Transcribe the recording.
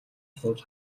сууж